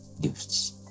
gifts